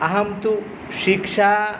अहं तु शिक्षा